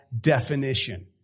definition